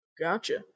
gotcha